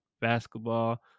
basketball